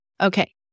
Okay